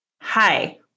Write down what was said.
Hi